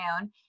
own